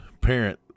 parent